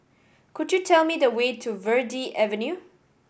could you tell me the way to Verde Avenue